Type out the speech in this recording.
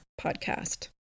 podcast